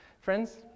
Friends